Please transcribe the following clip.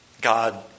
God